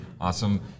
awesome